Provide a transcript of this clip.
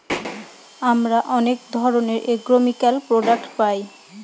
আমরা অনেক ধরনের এগ্রোকেমিকাল প্রডাক্ট পায়